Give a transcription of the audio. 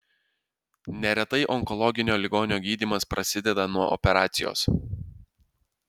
neretai onkologinio ligonio gydymas prasideda nuo operacijos